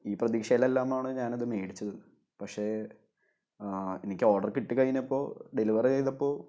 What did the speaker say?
ഈ പ്രതീക്ഷയിൽ എല്ലാമാണ് ഞാൻ അത് മേടിച്ചത് പക്ഷേ എനിക്ക് ഓർഡർ കിട്ടി കഴിഞ്ഞപ്പോൾ ഡെലിവെറി ചെയ്തപ്പോൾ